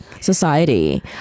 society